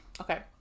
Okay